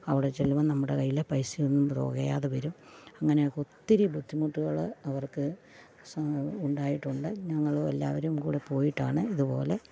അവിടെ ചെല്ലുമ്പോൾ നമ്മുടെ കയ്യിലെ പൈസ ഒന്നും തികയാതെ വരും അങ്ങനെയൊക്കെ ഒത്തിരി ബുദ്ധിമുട്ടുകൾ അവർക്ക് ഉണ്ടായിട്ടുണ്ട് ഞങ്ങൾ എല്ലാവരും കൂടെ പോയിട്ടാണ് ഇതുപോലെ